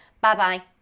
Bye-bye